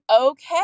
Okay